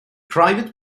private